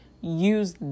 use